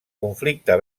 conflicte